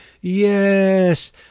Yes